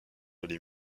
les